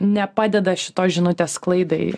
nepadeda šitos žinutės sklaidai